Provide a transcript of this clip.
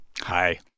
Hi